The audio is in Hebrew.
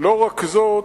לא רק זאת,